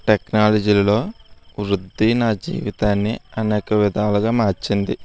టెక్నాలజీలలో వృత్తి నా జీవితాన్ని అనేక విధాలుగా మార్చింది